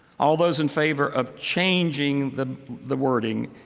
all those in favor of changing the the wording,